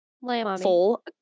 Full